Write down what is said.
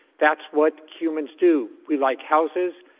that's what humans do. we like houses,